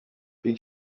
big